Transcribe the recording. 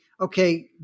okay